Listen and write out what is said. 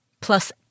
plus